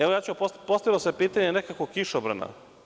Evo, postavilo se pitanje nekakvog kišobrana.